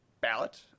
ballot